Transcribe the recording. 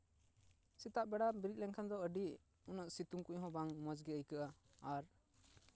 ᱥᱮᱛᱟᱜ ᱵᱮᱲᱟ ᱵᱮᱨᱮᱫ ᱞᱮᱱᱠᱷᱟᱱ ᱫᱚ ᱟᱹᱰᱤ ᱩᱱᱟᱹᱜ ᱥᱤᱛᱩᱝ ᱠᱚᱦᱚᱸ ᱵᱟᱝ ᱢᱚᱡᱽ ᱜᱮ ᱟᱹᱭᱠᱟᱹᱜᱼᱟ ᱟᱨ